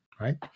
right